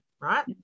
right